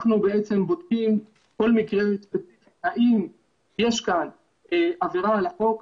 אנחנו בעצם בודקים כל מקרה ספציפית האם יש כאן עבירה על החוק,